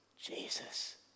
Jesus